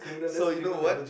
so you know what